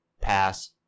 Pass